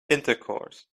intercourse